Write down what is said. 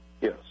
Yes